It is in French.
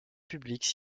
publique